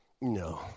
No